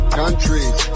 countries